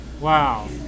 Wow